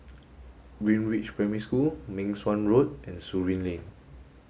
Greenridge Primary School Meng Suan Road and Surin Lane